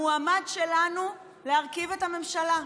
המועמד שלנו להרכיב את הממשלה: